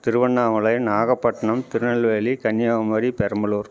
Tiruvannamalai Nagapattinam Tirunelveli Kanyakumari Perambalur